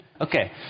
Okay